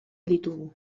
ditugu